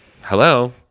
hello